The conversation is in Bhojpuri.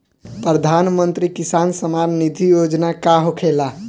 प्रधानमंत्री किसान सम्मान निधि योजना का होखेला?